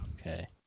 Okay